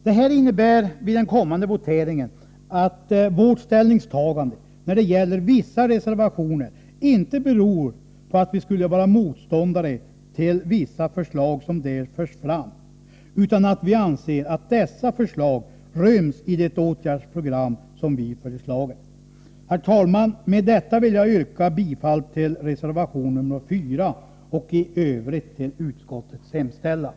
Detta innebär vid den kommande voteringen att vårt ställningstagande när det gäller vissa reservationer inte beror på att vi skulle vara motståndare till de förslag som där förs fram, utan att vi anser att dessa förslag ryms i det åtgärdsprogram som vi har föreslagit. Herr talman! Med detta vill jag yrka bifall till reservation nr 4 och i övrigt till utskottets hemställan.